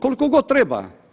Koliko god treba.